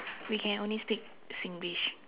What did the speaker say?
we can only speak Singlish